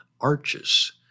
arches